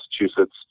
Massachusetts